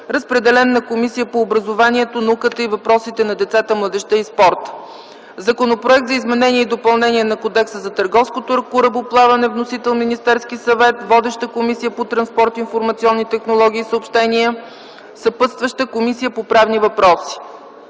Разпределен е на Комисията по образованието, науката и въпросите на децата, младежта и спорта. - Законопроект за изменение и допълнение на Кодекса за търговското корабоплаване. Вносител е Министерският съвет. Водеща е Комисията по транспорт, информационни технологии и съобщения. Съпътстваща е Комисията по правни въпроси.